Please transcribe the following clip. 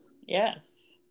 Yes